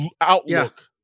outlook